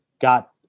got